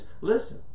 Listen